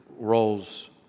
roles